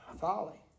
Folly